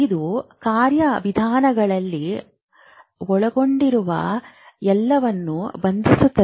ಇದು ಕಾರ್ಯವಿಧಾನದಲ್ಲಿ ಒಳಗೊಂಡಿರುವ ಎಲ್ಲವನ್ನೂ ಬಂಧಿಸುತ್ತದೆ